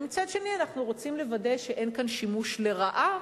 מצד שני, אנחנו רוצים לוודא שאין כאן שימוש לרעה